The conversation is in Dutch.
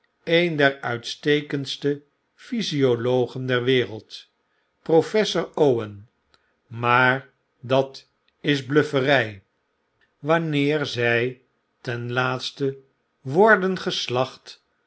een der uitstekendste physiologen der wereld professor owen maar dat is blufferfl wanneer zy ten laatste worden geslacht